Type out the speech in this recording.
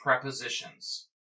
prepositions